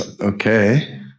Okay